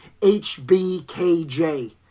HBKJ